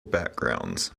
backgrounds